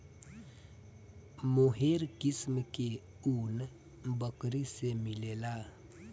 मोहेर किस्म के ऊन बकरी से मिलेला